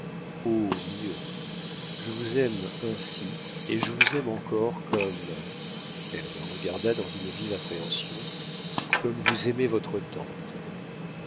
oh mieux je vous aime ainsi et je vous aime encore comme elle me regarda dans une vive appréhension comme vous aimait votre tante